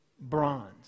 bronze